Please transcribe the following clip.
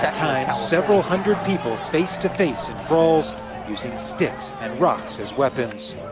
at times, several hundred people face-to-face in brawls using sticks and rocks as weapons.